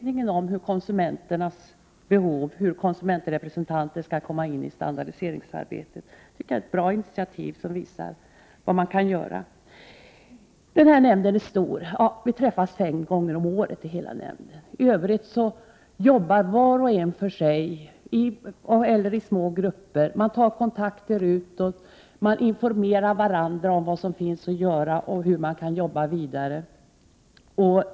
Förslaget handlar om hur konsumenternas behov och hur konsumentrepresentanter skall komma in i standariseringsarbetet. Det tycker jag är ett bra initiativ, som visar vad man kan göra. Nämnden är stor. Alla ledamöter i nämnden träffas fem gånger om året. I övrigt arbetar vi var och en för sig eller i små grupper. Man tar kontakt utåt, och man informerar varandra om vad som finns att göra och hur man kan arbeta vidare.